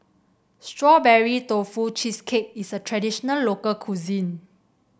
Strawberry Tofu Cheesecake is a traditional local cuisine